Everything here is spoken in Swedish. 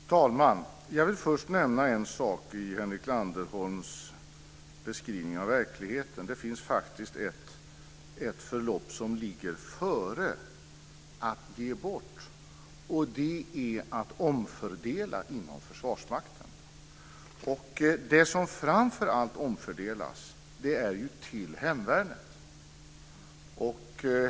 Fru talman! Jag vill för det första ta upp något i Henrik Landerholms beskrivning av verkligheten. Det finns faktiskt ett förlopp som ligger före att ge bort, och det är att omfördela inom Försvarsmakten. Framför allt omfördelar man till hemvärnet.